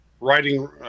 writing